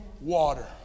water